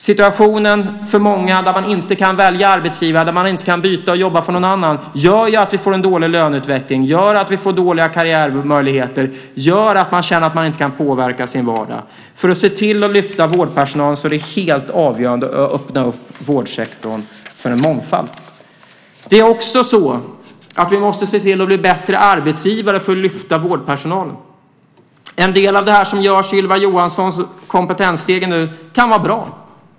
Situationen för många människor där man inte kan välja arbetsgivare, där man inte kan byta och jobba för någon annan, gör att vi får en dålig löneutveckling, dåliga karriärmöjligheter och att människor känner att de inte kan påverka sin vardag. För att se till att lyfta vårdpersonalen är det helt avgörande att öppna vårdsektorn för en mångfald. Vi måste också se till att bli bättre arbetsgivare för att lyfta vårdpersonalen. En del av det som nu görs i Ylva Johanssons kompetensstege kan vara bra.